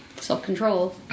Self-control